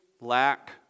lack